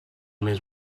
més